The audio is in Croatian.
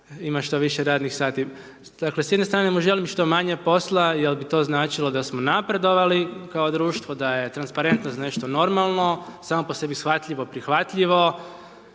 ima što radnih sati. Tako je, s jedne strane mu želim što manje posla jer bi to značilo da smo napredovali kao društvo da je transparentnost nešto normalno, samo po sebi shvatljivo, prihvatljivo